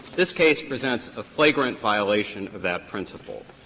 this case presents a flagrant violation of that principle.